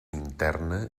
interna